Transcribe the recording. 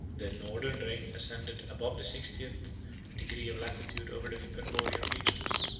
their northern reign ascended above the sixtieth degree of latitude over the hyperborean regions,